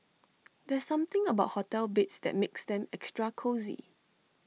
there's something about hotel beds that makes them extra cosy